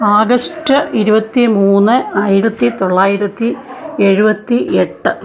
August ഇരുപത്തി മൂന്ന് ആയിരത്തി ത്തൊള്ളായിരത്തി എഴുപത്തി എട്ട്